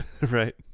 Right